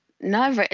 no